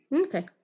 Okay